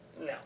no